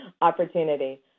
opportunity